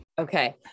Okay